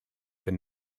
than